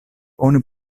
oni